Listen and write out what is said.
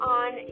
on